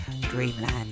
Dreamland